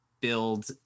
build